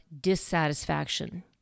dissatisfaction